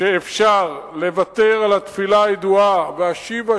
שאפשר לוותר על התפילה הידועה "והשיבה